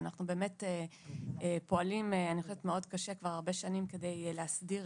אנחנו פועלים קשה כבר הרבה שנים כדי להסדיר